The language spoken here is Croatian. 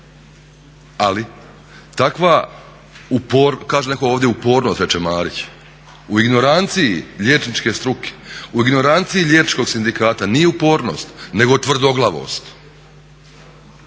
kaže neko ovdje upornost, reče Marić u ignoranciji liječničke struke, u ignoranciji liječničkog sindikata nije upornost nego tvrdoglavost.